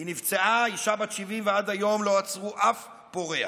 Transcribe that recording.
היא נפצעה, אישה בת 70, ועד היום לא עצרו אף פורע.